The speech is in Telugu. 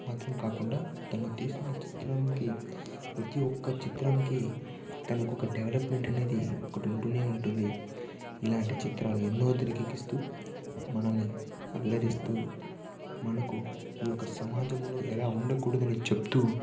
అంతేకాకుండా తను తీసిన చిత్రంకి ప్రతి ఒక్క చిత్రంకి తనుకు ఒక డెవలప్మెంట్ అనేది ఒకటి ఉంటూనే ఉంటుంది ఇలాంటి చిత్రాలు ఎన్నో తెర్కెక్కిస్తూ మనల్ని అలరిస్తూ మనకు ఈ యొక్క సమాజంలో ఎలా ఉండకూడదు అని చెప్తూ